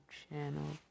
channel